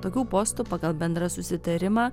tokių postų pagal bendrą susitarimą